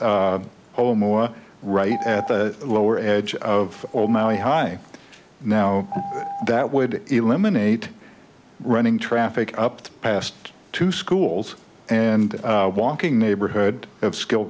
whole more right at the lower edge of all my high now that would eliminate running traffic up past two schools and walking neighborhood of skill